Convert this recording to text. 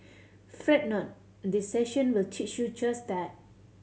fret not this session will teach you just that